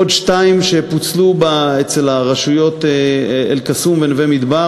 עוד שתיים שפוצלו ברשויות אל-קסום ונווה-מדבר